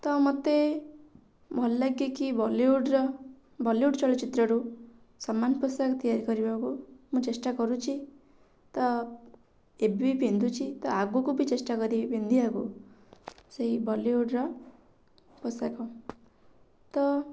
ତ ମତେ ଭଲ ଲାଗେ କି ବଲିଉଡ଼୍ର ବଲିଉଡ଼୍ ଚଳଚ୍ଚିତ୍ରରୁ ସମାନ ପୋଷାକ ତିଆରି କରିବାକୁ ମୁଁ ଚେଷ୍ଟା କରୁଛି ତ ଏବେ ପିନ୍ଧୁଛି ତ ଆଗକୁ ବି ଚେଷ୍ଟା କରିବି ପିନ୍ଧିବାକୁ ସେଇ ବଲିଉଡ଼୍ର ପୋଷାକ ତ